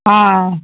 ஆ